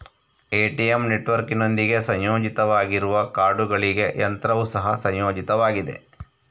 ATM ನೆಟ್ವರ್ಕಿನೊಂದಿಗೆ ಸಂಯೋಜಿತವಾಗಿರುವ ಕಾರ್ಡುಗಳಿಗೆ ಯಂತ್ರವು ಸಹ ಸಂಯೋಜಿತವಾಗಿದೆ